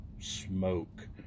smoke